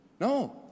No